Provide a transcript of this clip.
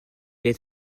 est